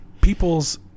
people's